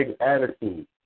attitude